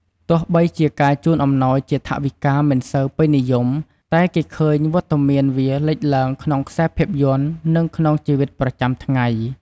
ទោះបីជាការជូនអំណោយជាថវិកាមិនសូវពេញនិយម តែគេនៅឃើញវត្តមានវាលេចឡើងក្នុងខ្សែភាពយន្ត និងក្នុងជីវិតប្រចាំថ្ងៃ។